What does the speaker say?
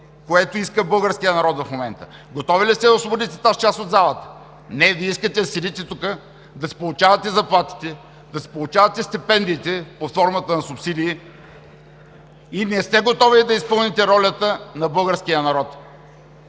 което иска българският народ в момента? Готови ли сте да освободите тази част от залата? Не, Вие искате да седите тук, да си получавате заплатите, да си получавате стипендиите под формата на субсидии и не сте готови да изпълните волята на българския народ.